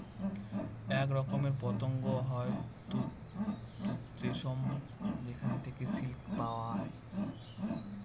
এক রকমের পতঙ্গ হয় তুত রেশম যেখানে থেকে সিল্ক পায়